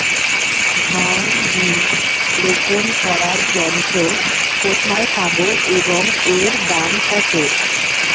ধান বীজ রোপন করার যন্ত্র কোথায় পাব এবং এর দাম কত?